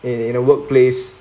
in in a workplace